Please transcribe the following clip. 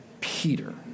Peter